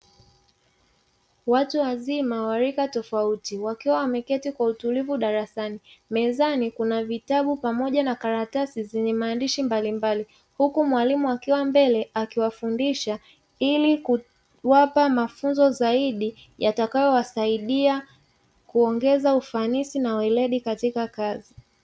Watu wazima wa rika tofauti wakiwa wameketi kwa utulivu darasani, mezani kuna vitabu pamoja na karatasi zenye maandishi mbalimbali huku mwalimu akiwa mbele akiwafundisha ili kuwapa mafunzo zaidi yatakayowasaidia kuongeza ufanisi na weledi katika kazi.